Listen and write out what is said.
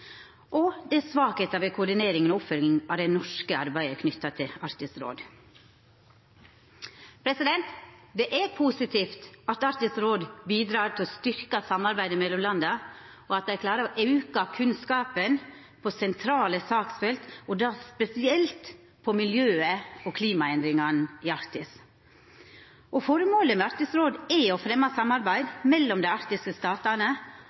og at det er svakheiter ved koordineringa og oppfølginga av det norske arbeidet knytt til Arktisk råd. Det er positivt at Arktisk råd bidreg til å styrkja samarbeidet mellom landa, og at dei klarar å auka kunnskapen om sentrale saksfelt, spesielt om miljøet og klimaendringane i Arktis. Føremålet med Arktisk råd er å fremja samarbeid mellom dei arktiske statane